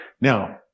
Now